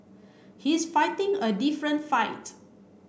he's fighting a different fight